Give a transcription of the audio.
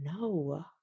No